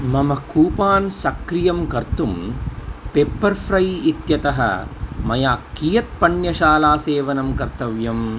मम कूपान् सक्रियं कर्तुं पेप्पर्फ्रै़ इत्यतः मया कियत् पण्यशालासेवनं कर्तव्यम्